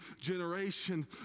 generation